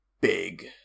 Big